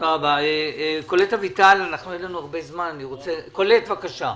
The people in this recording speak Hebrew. קולט אביטל, בבקשה.